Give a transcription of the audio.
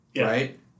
right